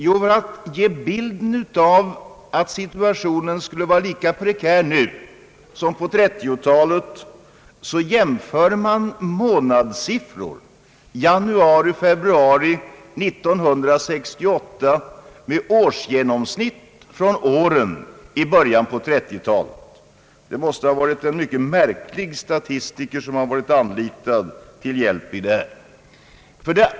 Jo, för att ge sken av att situationen skulle vara lika prekär nu som på 1930-talet jämför man månadssiffrorna för januari—februari 1968 med årsgenomsnitt från åren i början av 1930-talet. Det måste ha varit en mycket märklig statistiker som anlitats för detta arbete!